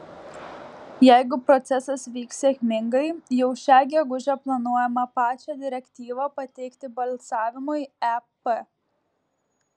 jeigu procesas vyks sėkmingai jau šią gegužę planuojama pačią direktyvą pateikti balsavimui ep